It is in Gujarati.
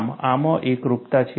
આમ આમાં એકરૂપતા છે